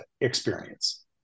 experience